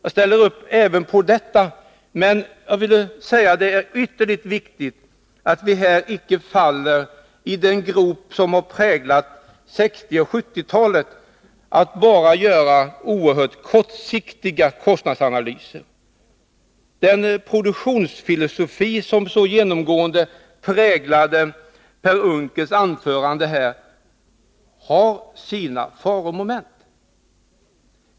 Jag ställer upp även på det, men det är ytterligt viktigt att vi här inte faller i den grop som man fallit i under 1960 och 1970-talen — nämligen att man bara gjort kortsiktiga kostnadsanalyser. Den produktionsfilosofi som så genomgående präglade Per Unckels anförande här har sina faromoment.